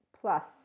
plus